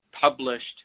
Published